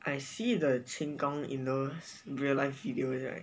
I see the 轻功 in those real life videos right